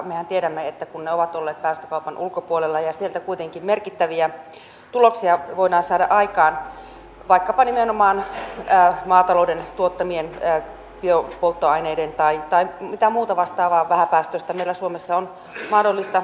mehän tiedämme että kun ne ovat olleet päästökaupan ulkopuolella niin sieltä kuitenkin merkittäviä tuloksia voidaan saada aikaan vaikkapa nimenomaan maatalouden tuottamia biopolttoaineita tai mitä muuta vastaavaa vähäpäästöistä meillä suomessa on mahdollista ottaa käyttöön